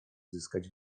zyskać